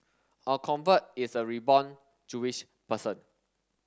a convert is a reborn Jewish person